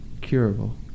curable